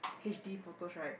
h_d photos right